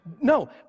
No